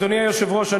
אדוני היושב-ראש,